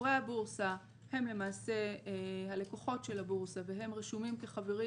חברי הבורסה הם למעשה הלקוחות של הבורסה והם רשומים כחברים,